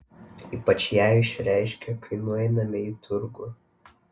ypač ją išreiškia kai nueiname į turgų